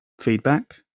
feedback